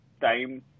time